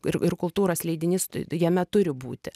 ir ir kultūros leidinys jame turi būti